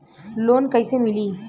Loan कइसे मिलि?